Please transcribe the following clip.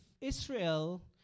Israel